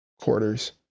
quarters